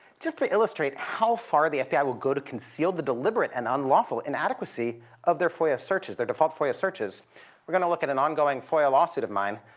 just to illustrate how far the fbi will go to conceal the deliberate and unlawful inadequacy of their foia searches their default foia searches we're going to look at an ongoing foia lawsuit of mine,